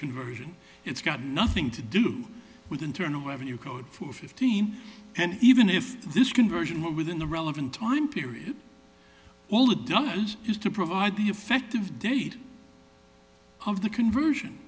conversion it's got nothing to do with internal revenue code for fifteen and even if this conversion were within the relevant time period all it does is to provide the effective date of the conversion